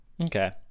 Okay